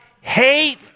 hate